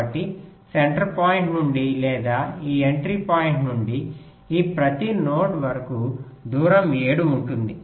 కాబట్టి centre point నుండి లేదా ఈ ఎంట్రీ పాయింట్ నుండి ఈ ప్రతి నోడ్ వరకు దూరం 7 ఉంటుంది